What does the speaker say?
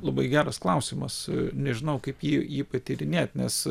labai geras klausimas nežinau kaip jį jį patyrinėt nes